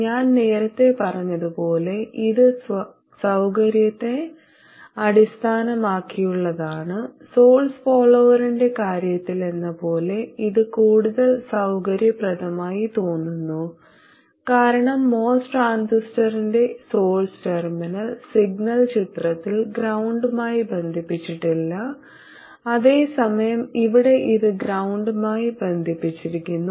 ഞാൻ നേരത്തെ പറഞ്ഞതുപോലെ ഇത് സൌകര്യത്തെ അടിസ്ഥാനമാക്കിയുള്ളതാണ് സോഴ്സ് ഫോളോവറിന്റെ കാര്യത്തിലെന്നപോലെ ഇത് കൂടുതൽ സൌകര്യപ്രദമായി തോന്നുന്നു കാരണം MOS ട്രാൻസിസ്റ്ററിന്റെ സോഴ്സ് ടെർമിനൽ സിഗ്നൽ ചിത്രത്തിൽ ഗ്രൌണ്ടുമായി ബന്ധിപ്പിച്ചിട്ടില്ല അതേസമയം ഇവിടെ ഇത് ഗ്രൌണ്ടുമായി ബന്ധിപ്പിച്ചിരിക്കുന്നു